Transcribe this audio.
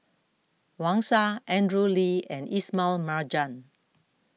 Wang Sha Andrew Lee and Ismail Marjan